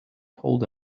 told